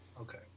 Okay